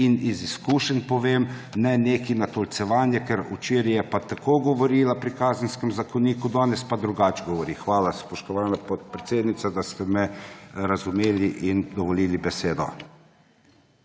in iz izkušenj povem, ne neko natolcevanje, ker včeraj je pa tako govorila pri Kazenskem zakoniku, danes pa drugače govori. Hvala, spoštovana podpredsednica, da ste me razumeli in dovolili besedo.